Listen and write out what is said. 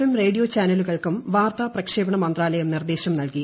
M radio ് ചാനലുകൾക്കും വാർത്താ പ്രക്ഷേപണ മന്ത്രാലയം നിർദ്ദേശം നൽകി